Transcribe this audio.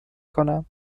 کنم